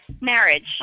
Marriage